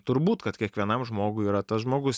turbūt kad kiekvienam žmogui yra tas žmogus